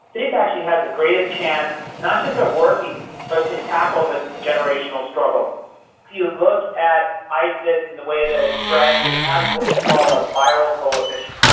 this actually has the greatest chance not just of working but to tackle this generational struggle. if you look at isis and the way that it spreads, it has what we call a viral coefficient,